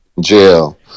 jail